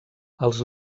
els